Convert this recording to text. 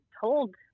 told